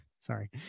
Sorry